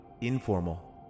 informal